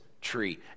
tree